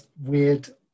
weird